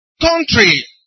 Country